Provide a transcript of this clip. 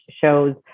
shows